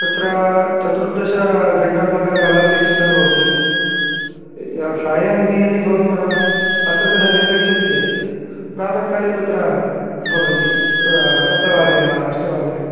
तत्र चतुर्दशघण्टात्कः कालः अपेक्षितः भवति सायाह्ने यदि भवन्तः अत्रतः निर्गच्छति चेत् प्रातःकाले तत्र भवन्ति सप्तवादने वा अष्टवादने